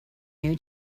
you